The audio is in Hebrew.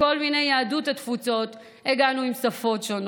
מכל התפוצות הגענו יהודית עם שפות שונות,